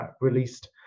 released